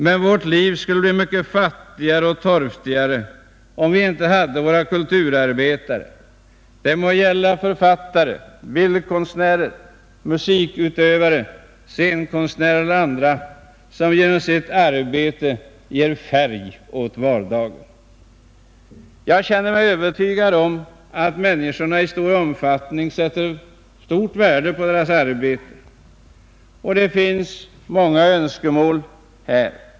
Men vårt liv skulle bli mycket fattigare och torftigare om vi inte hade våra kulturarbetare — det må vara författare, bildkonstnärer, musikutövare, scenkonstnärer och andra som genom sitt arbete ger färg åt vardagen. Jag känner mig övertygad om att människorna i betydande omfattning sätter stort värde på detta arbete, och det finns många önskemål härvidlag.